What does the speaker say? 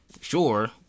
Sure